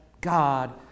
God